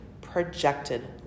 projected